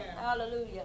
Hallelujah